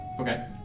Okay